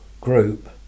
Group